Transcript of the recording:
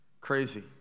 Crazy